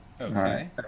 Okay